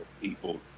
people